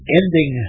ending